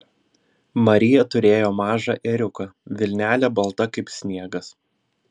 marija turėjo mažą ėriuką vilnelė balta kaip sniegas